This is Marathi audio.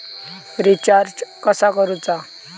रिचार्ज कसा करूचा?